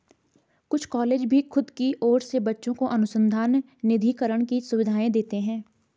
कुछ कॉलेज भी खुद की ओर से बच्चों को अनुसंधान निधिकरण की सुविधाएं देते हैं